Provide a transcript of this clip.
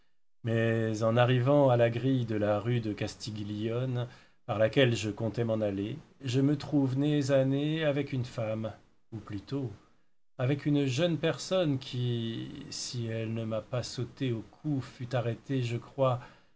mais en arrivant à la grille de la rue castiglione par laquelle je comptais m'en aller je me trouve nez à nez avec une femme ou plutôt avec une jeune personne qui si elle ne m'a pas sauté au cou fut arrêtée je crois